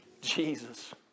Jesus